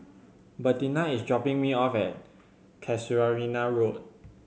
Bettina is dropping me off at Casuarina Road